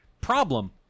problem